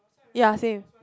ya same